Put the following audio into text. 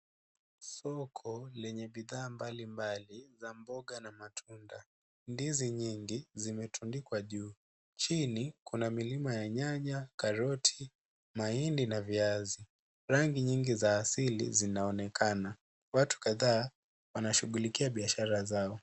Soko lenye bidhaa mbalimbali za mboga na matunda. Ndizi nyingi zimetundikwa juu. Chini, kuna milima ya nyanya, karoti, mahindi na viazi .Rangi nyingi za asili zinaonekana. Watu kadhaa wanashughulikia biashara zao.